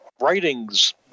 writings